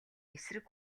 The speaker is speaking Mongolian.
эсрэг